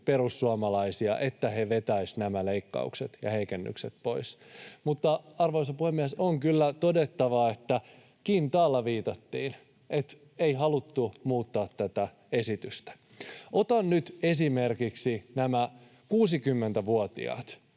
perussuomalaisia, että he vetäisivät nämä leikkaukset ja heikennykset pois. Mutta, arvoisa puhemies, on kyllä todettava, että kintaalla viitattiin. Ei haluttu muuttaa tätä esitystä. Otan nyt esimerkiksi nämä 60-vuotiaat